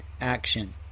action